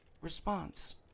response